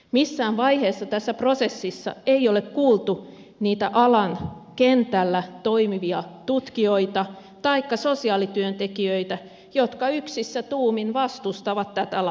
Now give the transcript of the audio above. missään vaiheessa tässä prosessissa ei ole kuultu niitä alan kentällä toimivia tutkijoita taikka sosiaalityöntekijöitä jotka yksissä tuumin vastustavat tätä lakia